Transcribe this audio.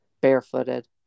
barefooted